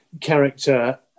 character